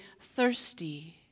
thirsty